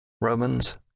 Romans